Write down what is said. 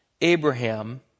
Abraham